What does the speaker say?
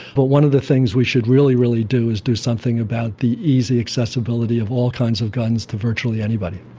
but one of the things we should really, really do is do something about the easy accessibility of all kinds of guns to virtually anybody.